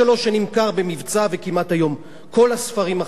והיום כמעט כל הספרים החדשים נמכרים במבצע.